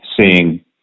seeing